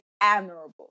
admirable